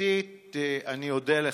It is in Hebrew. המשפטית אני אודה לך,